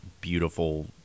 beautiful